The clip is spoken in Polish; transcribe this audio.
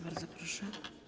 Bardzo proszę.